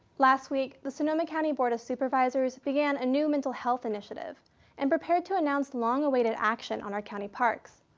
last week, the sonoma county board of supervisors began a new mental health initiative and prepared to announce long awaited action on our county parks.